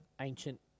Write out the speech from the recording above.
ancient